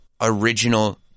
original